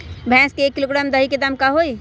भैस के एक किलोग्राम दही के दाम का होई?